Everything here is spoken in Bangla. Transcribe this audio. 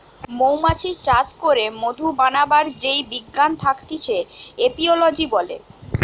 মৌমাছি চাষ করে মধু বানাবার যেই বিজ্ঞান থাকতিছে এপিওলোজি বলে